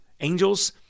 angels